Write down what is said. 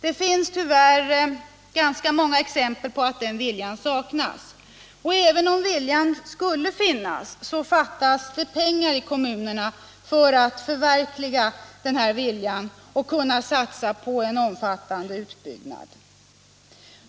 Det finns tyvärr ganska många exempel på att den viljan saknas. Och även om viljan skulle finnas så fattas det pengar i kommunerna för att förverkliga önskemålen och kunna satsa på en omfattande utbyggnad.